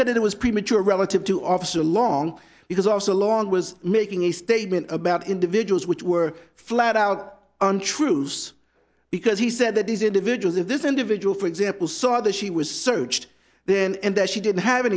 said it was premature relative to office along because our so long was making a statement about individuals which were flat out untruths because he said that these individuals if this individual for example saw that she was searched then and that she didn't have